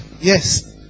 Yes